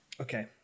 Okay